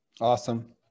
Awesome